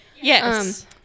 Yes